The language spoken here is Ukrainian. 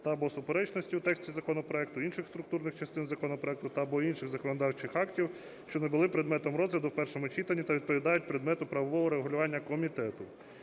та/або суперечностей у тексті законопроекту, інших структурних частин законопроекту та/або інших законодавчих актів, що не були предметом розгляду в першому читанні та відповідають предмету правового регулювання комітету.